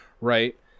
right